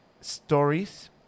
stories